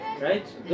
Right